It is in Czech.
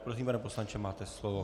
Prosím, pane poslanče, máte slovo.